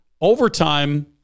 overtime